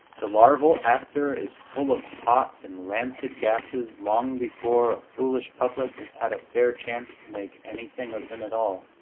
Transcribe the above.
the larval actor is full of hot and rancid gases long before a foolish public has had a fair chance to make anything of him at all,